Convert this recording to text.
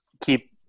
keep